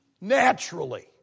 naturally